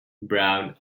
brown